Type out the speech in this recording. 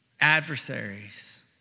Adversaries